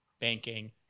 banking